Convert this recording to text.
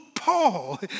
Paul